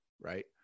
right